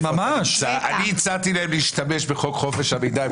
אני הצעתי להם להשתמש בחוק חופש המידע,